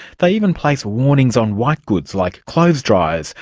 they even place warnings on whitegoods like clothes driers,